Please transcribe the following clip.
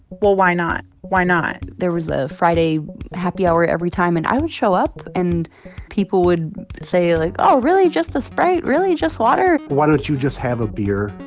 well, why not? why not? there was a friday happy hour every time. and i would show up, and people would say like, oh, really? just a sprite, really? just water? why don't you just have a beer?